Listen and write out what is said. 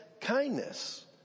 kindness